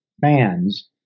fans